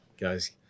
guys